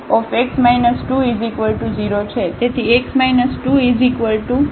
અમારી પાસે xλx 20છે